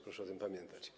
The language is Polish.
Proszę o tym pamiętać.